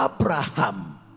Abraham